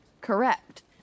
Correct